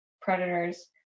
predators